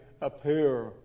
appear